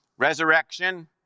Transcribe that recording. Resurrection